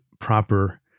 proper